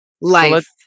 life